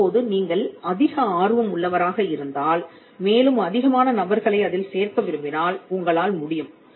இப்போது நீங்கள் அதிக ஆர்வம் உள்ளவராக இருந்தால் மேலும் அதிகமான நபர்களை அதில் சேர்க்க விரும்பினால் உங்களால் முடியும்